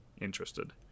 interested